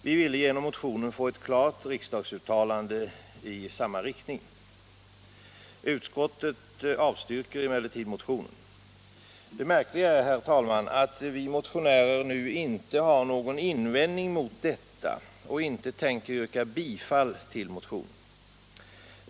Vi ville genom motionen få ett klart riksdagsuttalande i samma riktning. Utskottet avstyrker motionen. Det märkliga är då, herr talman, att vi motionärer inte har någon invändning mot detta och inte tänker yrka bifall till motionen.